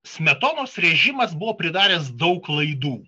smetonos režimas buvo pridaręs daug klaidų